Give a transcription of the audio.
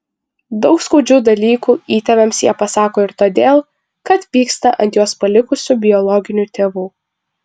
daug skaudžių dalykų įtėviams jie pasako ir todėl kad pyksta ant juos palikusių biologinių tėvų